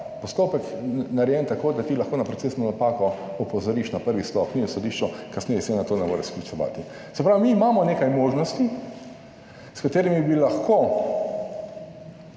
postopek narejen tako, da ti lahko na procesno napako opozoriš na prvi stopnji na sodišču, kasneje se na to ne more sklicevati. Se pravi, mi imamo nekaj možnosti, s katerimi bi lahko